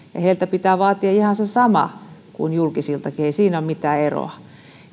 niiltä pitää vaatia ihan se sama kuin julkisiltakin ei siinä ole mitään eroa